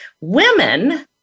Women